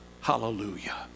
Hallelujah